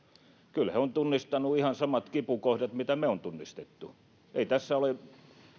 kyllä he ovat tunnistaneet ihan samat kipukohdat mitä me olemme tunnistaneet ei tässä ole